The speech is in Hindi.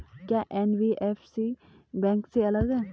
क्या एन.बी.एफ.सी बैंक से अलग है?